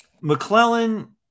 McClellan